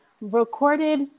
recorded